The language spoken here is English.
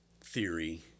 theory